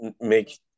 make